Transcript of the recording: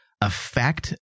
affect